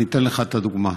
אני אתן לך את הדוגמה: